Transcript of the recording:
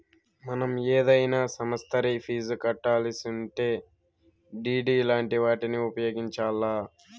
మనం ఏదైనా సమస్తరి ఫీజు కట్టాలిసుంటే డిడి లాంటి వాటిని ఉపయోగించాల్ల